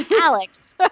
Alex